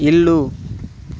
ఇల్లు